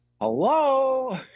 hello